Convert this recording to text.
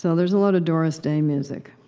so there's a lot of doris day music.